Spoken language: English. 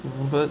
mm but